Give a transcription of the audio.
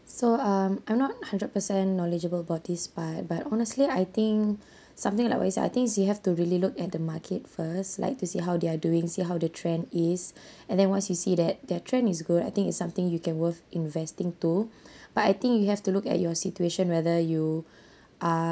so um I'm not hundred per cent knowledgeable about this but but honestly I think something like what you said I think is you have to really look at the market first like to see how they're doing see how the trend is and then once you see that their trend is good I think it's something you can worth investing to but I think you have to look at your situation whether you are